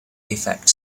effect